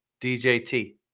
DJT